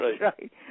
right